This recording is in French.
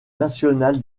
national